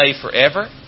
forever